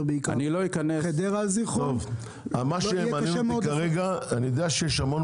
בעיקר על בין חדרה לזיכרון --- אני יודע שיש המון